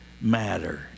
matter